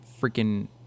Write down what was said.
freaking